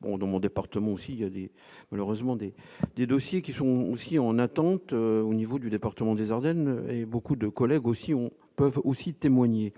bon dans mon département aussi y aller, malheureusement des des dossiers qui sont aussi en attente au niveau du département des Ardennes et beaucoup de collègues aussi on peuvent aussi témoigner